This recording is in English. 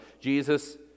Jesus